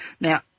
Now